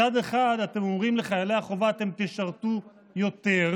מצד אחד אתם אומרים לחיילי החובה: אתם תשרתו יותר,